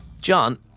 John